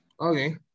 Okay